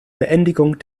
beendigung